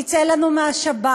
תצא לנו מהשבת.